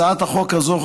הצעת החוק הזאת,